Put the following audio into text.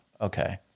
Okay